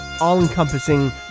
all-encompassing